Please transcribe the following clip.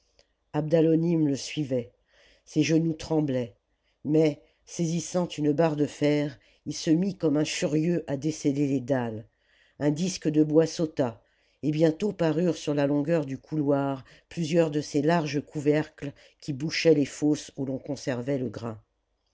abdalonim le suivait ses orenoux tremblaient mais saisissant une barre de fer il se mit comme un furieux à desceller les dalles un disque de bois sauta et bientôt parurent sur la longueur du couloir plusieurs de ces larges couvercles qui bouchaient les fosses oii l'on conservait le grain